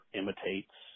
imitates